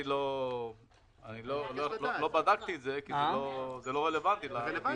לא בדקתי את זה כי זה לא רלוונטי לדיון.